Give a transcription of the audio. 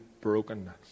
brokenness